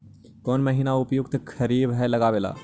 कौन महीना उपयुकत है खरिफ लगावे ला?